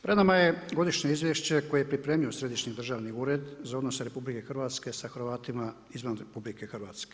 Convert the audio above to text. Pred nama je Godišnje izvješće koje je pripremio Središnji državni ured za odnose RH sa Hrvatima izvan RH.